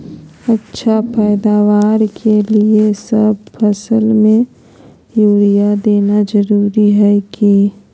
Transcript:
अच्छा पैदावार के लिए सब फसल में यूरिया देना जरुरी है की?